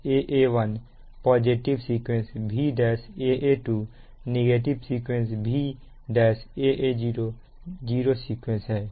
Vaa11 positive sequence Vaa12 negative sequence Vaa10 zero sequence है